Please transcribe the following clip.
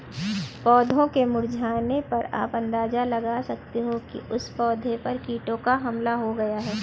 पौधों के मुरझाने पर आप अंदाजा लगा सकते हो कि उस पौधे पर कीटों का हमला हो गया है